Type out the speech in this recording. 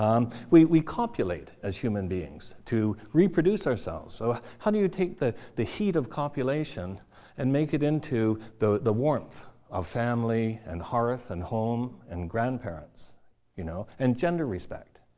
um we we copulate as human beings to reproduce ourselves. so how do you take the the heat of copulation and make it into the the warmth of family and hearth and home and grandparents you know and gender respect?